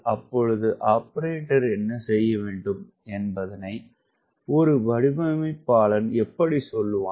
அப்பொழுது ஆப்பரேட்டர் என்ன செய்ய வேண்டும் என்பதனை ஒரு வடிவமைப்பாளன் எப்படி சொல்லுவான்